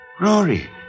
Rory